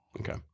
okay